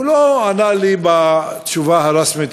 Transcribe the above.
והוא לא ענה לי בתשובה הרשמית,